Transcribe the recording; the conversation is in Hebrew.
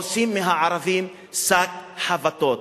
עושים מהערבים שק חבטות.